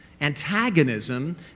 antagonism